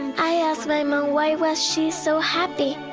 i asked my mom, why was she so happy?